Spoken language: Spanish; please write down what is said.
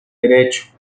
derecho